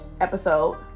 Episode